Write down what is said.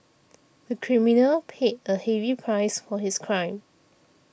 the criminal paid a heavy price for his crime